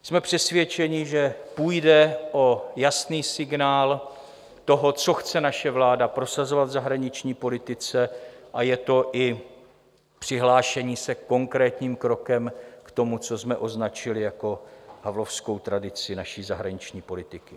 Jsme přesvědčeni, že půjde o jasný signál toho, co chce naše vláda prosazovat v zahraniční politice, a je to i přihlášení se konkrétním krokem k tomu, co jsme označili jako havlovskou tradici naší zahraniční politiky.